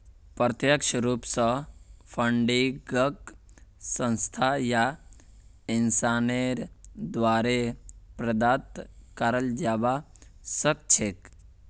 प्रत्यक्ष रूप स फंडिंगक संस्था या इंसानेर द्वारे प्रदत्त कराल जबा सख छेक